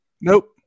nope